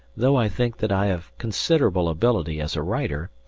though i think that i have considerable ability as a writer,